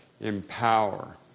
empower